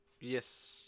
Yes